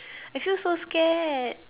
I feel so scared